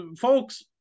Folks